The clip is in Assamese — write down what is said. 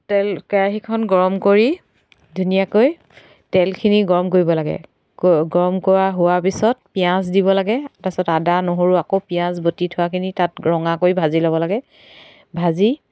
তেল কেৰাহিখন গৰম কৰি ধুনীয়াকৈ তেলখিনি গৰম কৰিব লাগে গ গৰম কৰা হোৱাৰ পিছত পিঁয়াজ দিব লাগে তাৰপিছত আদা নহৰু আকৌ পিঁয়াজ বটি থোৱাখিনি তাত ৰঙা কৰি ভাজি ল'ব লাগে ভাজি